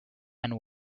and